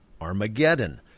Armageddon